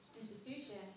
institution